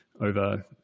over